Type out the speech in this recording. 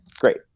Great